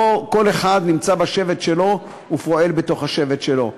לא כל אחד נמצא בשבט שלו ופועל בתוך השבט שלו.